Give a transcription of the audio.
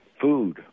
food